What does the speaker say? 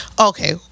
Okay